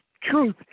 truth